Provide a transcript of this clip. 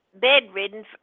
bedridden